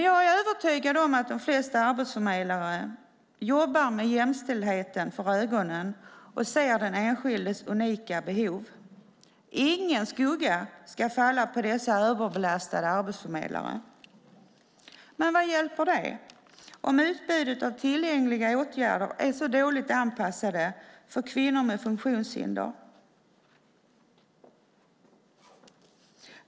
Jag är övertygad om att de flesta arbetsförmedlare jobbar med jämställdheten för ögonen och ser den enskildes unika behov. Ingen skugga ska falla på dessa överbelastade arbetsförmedlare. Men vad hjälper det om utbudet av tillgängliga åtgärder är så dåligt anpassat för kvinnor med funktionshinder?